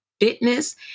fitness